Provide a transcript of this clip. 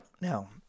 Now